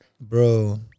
bro